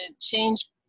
change